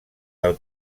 del